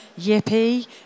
yippee